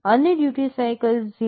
અને duty cycle 0